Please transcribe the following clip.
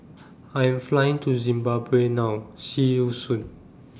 I'm Flying to Zimbabwe now See YOU Soon